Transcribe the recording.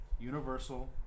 Universal